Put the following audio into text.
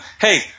hey